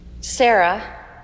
Sarah